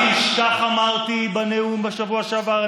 אני רוצה להדגיש, כך אמרתי בנאום בשבוע שעבר.